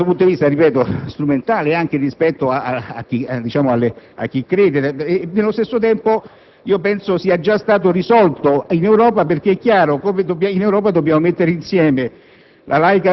da un certo punto di vista, strumentale anche rispetto a chi crede. Nello stesso tempo, penso che la questione sia stata già risolta in Europa, perché è chiaro che in Europa dobbiamo mettere insieme